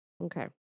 Okay